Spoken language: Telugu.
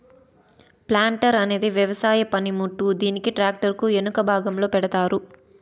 ప్లాంటార్ అనేది వ్యవసాయ పనిముట్టు, దీనిని ట్రాక్టర్ కు ఎనక భాగంలో పెడతారు